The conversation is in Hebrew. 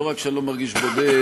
לא רק שאני לא מרגיש בודד,